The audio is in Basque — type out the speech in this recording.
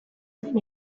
zen